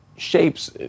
shapes